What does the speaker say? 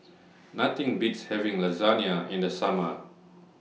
Nothing Beats having Lasagna in The Summer